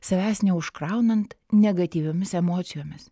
savęs neužkraunant negatyviomis emocijomis